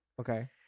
Okay